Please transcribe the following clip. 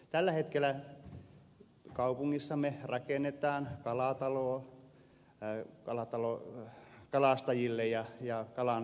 tällä hetkellä kaupungissamme rakennetaan kalatalo kalastajille ja kalanjalostajille